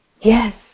Yes